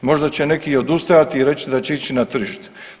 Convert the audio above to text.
Možda će neki i odustajat i reći da će ići na tržište.